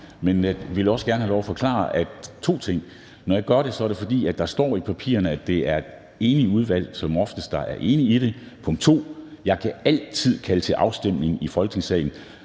men jeg vil også gerne have lov til at forklare to ting. Punkt 1: Når jeg gør det, er det, fordi der står i papirerne, at det er et enigt udvalg, som oftest, der er enig i det. Punkt 2: Jeg kan altid kalde til afstemning i Folketingssalen.